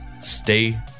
stay